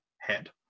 Head